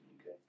Okay